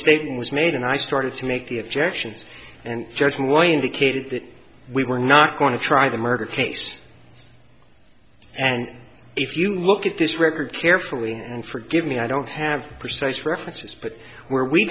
statement was made and i started to make the objections and judge why i indicated that we were not going to try the murder case and if you look at this record carefully and forgive me i don't have precise references but where we